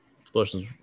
Explosion's